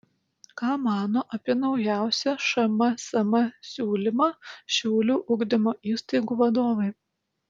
ką mano apie naujausią šmsm siūlymą šiaulių ugdymo įstaigų vadovai